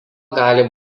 gali